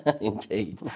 Indeed